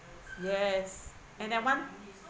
yes and that one